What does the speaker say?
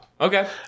Okay